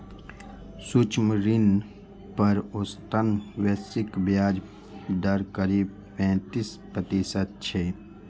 सूक्ष्म ऋण पर औसतन वैश्विक ब्याज दर करीब पैंतीस प्रतिशत छै